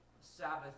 Sabbath